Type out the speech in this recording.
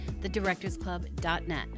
thedirectorsclub.net